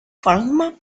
forma